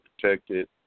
protected